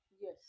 Yes